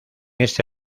este